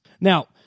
Now